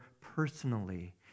personally